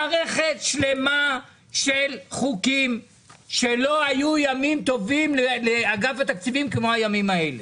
מערכת שלמה של חוקים שלא היו ימים טובים לאגף התקציבים כמו הימים האלה.